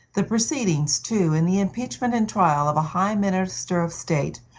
the proceedings, too, in the impeachment and trial of a high minister of state,